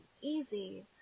easy